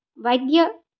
వైద్య